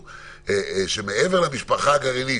שמעבר למשפחה הגרעינית,